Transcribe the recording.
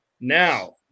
now